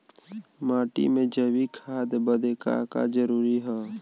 माटी में जैविक खाद बदे का का जरूरी ह?